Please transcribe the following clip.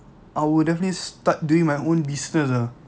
I will definitely start doing my own business ah